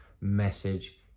message